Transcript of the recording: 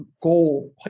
goal